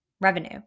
revenue